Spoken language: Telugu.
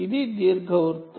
ఇది ఎలిప్టికల్